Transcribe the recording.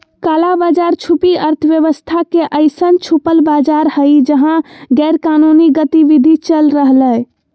काला बाज़ार छुपी अर्थव्यवस्था के अइसन छुपल बाज़ार हइ जहा गैरकानूनी गतिविधि चल रहलय